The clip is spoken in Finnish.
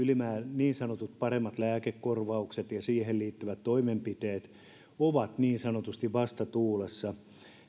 niin sanotut paremmat lääkekorvaukset ja siihen liittyvät toimenpiteet ovat vastatuulessa